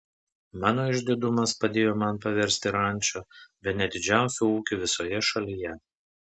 mano išdidumas padėjo man paversti rančą bene didžiausiu ūkiu visoje šalyje